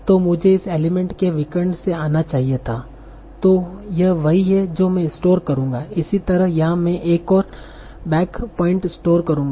तो मुझे इस एलीमेंट के विकर्ण से आना चाहिए था तो यह वही है जो मैं स्टोर करूंगा इसी तरह यहाँ मैं एक और बैक पॉइंट स्टोर करूँगा